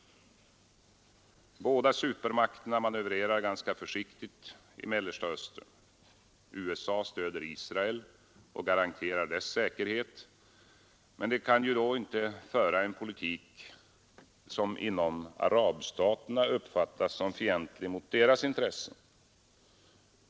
Båda supermakterna manövrerar ganska försiktigt i Mellersta Östern. USA stöder Israel och garanterar dess säkerhet, men det kan dock inte föra en politik, som inom arabstaterna uppfattas som fientlig mot deras intressen.